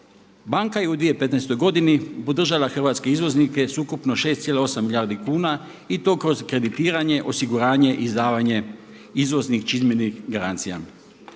Banke je u 2015. godini podržala hrvatske izvoznike s ukupno 6,8 milijardi kuna i to kroz kreditiranje, osiguranje, izdavanje izvoznih … garancija.